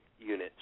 units